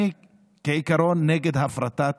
בעיקרון אני נגד הפרטת